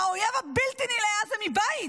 האויב הבלתי-נלאה הזה מבית,